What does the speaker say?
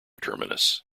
terminus